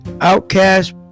outcast